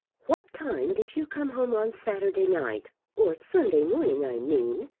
what time did you come home on saturday night or sunday morning i mean?